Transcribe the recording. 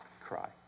cry